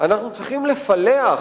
אנחנו צריכים לפלח